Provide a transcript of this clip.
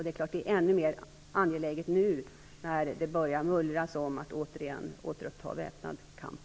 Det är självfallet ännu mer angeläget nu, när det börjar mullras om att återigen uppta väpnad kamp.